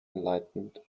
enlightened